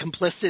complicit